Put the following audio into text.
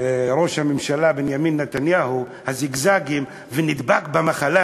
ראש הממשלה בנימין נתניהו, הזיגזגים, נדבק במחלה.